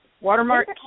watermark